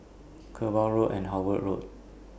Kerbau Road and Howard Road